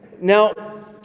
Now